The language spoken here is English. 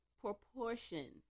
proportion